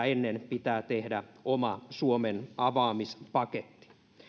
ennen elvytyspakettia pitää tehdä oma suomen avaamispaketti